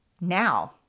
now